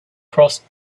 crossed